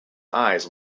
eyes